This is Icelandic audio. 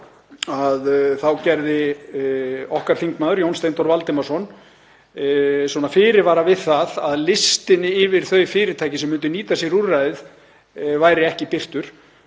tíma hafi okkar þingmaður, Jón Steindór Valdimarsson, gert fyrirvara við það að listinn yfir þau fyrirtæki sem myndu nýta sér úrræðið væri ekki birtur.